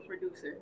producer